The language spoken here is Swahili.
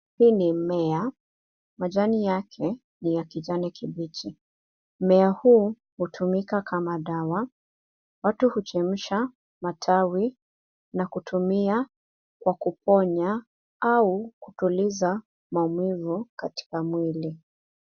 Hii ni mmea. Majani yake ni ya kijani kibichi. Mmea huu hutumika kama dawa. Watu huchemsha matawi na kutumia kwa kuponya au kutuliza maumivu katika mwili.